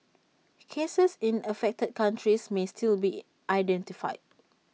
cases in the affected countries may still be identified